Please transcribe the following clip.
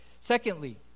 Secondly